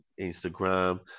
instagram